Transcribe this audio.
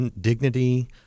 dignity